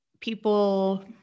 people